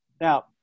Now